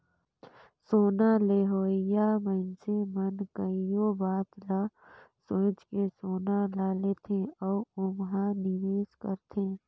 सोना लेहोइया मइनसे मन कइयो बात ल सोंएच के सोना ल लेथे अउ ओम्हां निवेस करथे